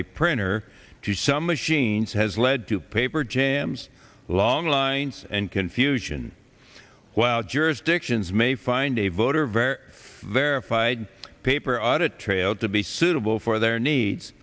a printer to some machines has led to paper jams long lines and confusion while jurisdictions may find a voter very verified paper audit trail to be suitable for their needs